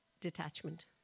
detachment